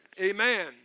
Amen